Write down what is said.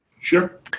Sure